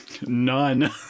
None